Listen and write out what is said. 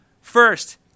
First